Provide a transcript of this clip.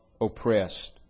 oppressed